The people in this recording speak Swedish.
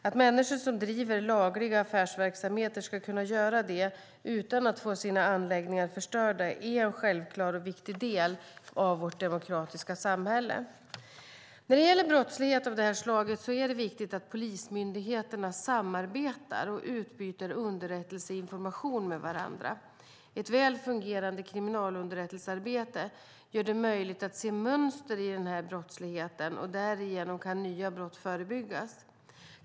Att människor som driver lagliga affärsverksamheter ska kunna göra detta utan att få sina anläggningar förstörda är en självklar och viktig del av vårt demokratiska samhälle. När det gäller brottslighet av detta slag är det viktigt att polismyndigheterna samarbetar och utbyter underrättelseinformation med varandra. Ett väl fungerande kriminalunderrättelsearbete gör det möjligt att se mönster i brottsligheten, och därigenom kan nya brott förebyggas.